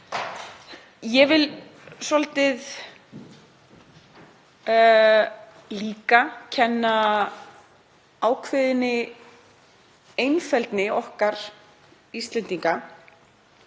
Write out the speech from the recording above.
Ég vil líka svolítið kenna ákveðinni einfeldni okkar Íslendinga